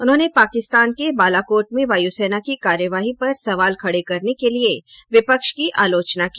उन्होंने पाकिस्तान के बालाकोट में वायुसेना की कार्रवाई पर सवाल खड़े करने के लिए विपक्ष की आलोचना की